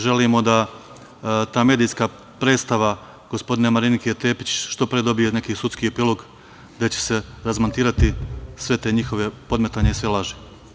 Želimo da ta medijska predstava Marinike Tepić što pre dobije neki sudski epilog, gde će se razmontirati sva ta njihova podmetanja i sve laži.